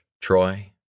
Troy